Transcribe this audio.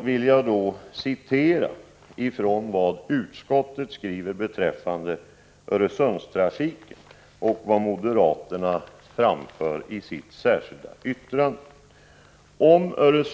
vill jag citera ur utskottets yttrande beträffande Öresundstrafiken och ur moderaternas särskilda yttrande.